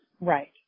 Right